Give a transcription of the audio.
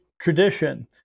tradition